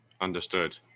understood